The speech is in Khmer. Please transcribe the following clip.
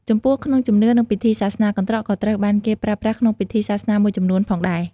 ចំពោះក្នុងជំនឿ និងពិធីសាសនា កន្ត្រកក៏ត្រូវបានគេប្រើប្រាស់ក្នុងពិធីសាសនាមួយចំនួនផងដែរ។